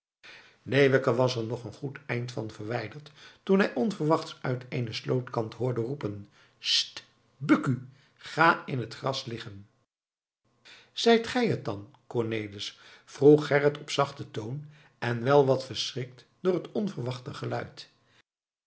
leeuwke was er nog een goed eind van verwijderd toen hij onverwachts uit eenen slootkant hoorde roepen sst buk u ga in het gras liggen zijt gij dat dan cornelis vroeg gerrit op zachten toon en wel wat verschrikt door het onverwachte geluid